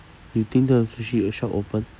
you think the sushi shop open